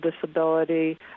disability